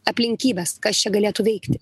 aplinkybes kas čia galėtų veikti